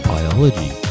Biology